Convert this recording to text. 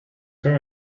car